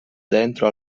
dentro